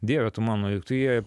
dieve tu mano juk tai jie